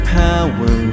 power